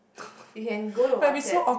you can go to WhatsApp